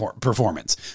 performance